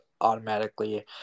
automatically